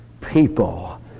people